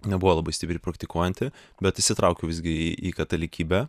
nebuvo labai stipriai praktikuojanti bet įsitraukiau visgi į katalikybę